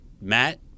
Matt